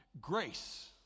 Grace